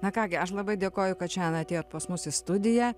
na ką gi aš labai dėkoju kad šiandien atėjot pas mus į studiją